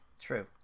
True